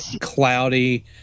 cloudy